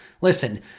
Listen